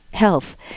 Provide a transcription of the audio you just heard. health